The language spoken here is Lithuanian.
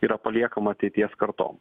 yra paliekama ateities kartom